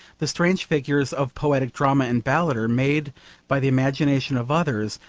the strange figures of poetic drama and ballad are made by the imagination of others,